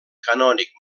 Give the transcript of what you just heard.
canònic